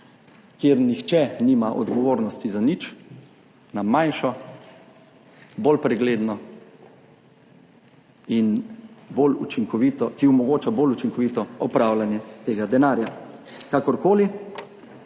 kjer nihče nima odgovornosti za nič, na manjšo, bolj pregledno, ki omogoča bolj učinkovito upravljanje tega denarja. Kakorkoli,